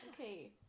okay